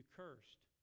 cursed